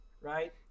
right